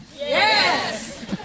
Yes